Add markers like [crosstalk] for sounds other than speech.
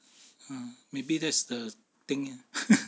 ah maybe that's the thing [laughs]